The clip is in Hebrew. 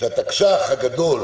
התקש"ח הגדול